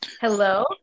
Hello